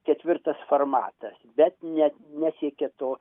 ketvirtas formatas bet ne nesiekia to